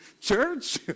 Church